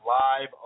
live